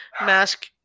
mask